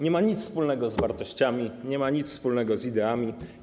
Nie ma nic wspólnego z wartościami, nie ma nic wspólnego z ideami.